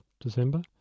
December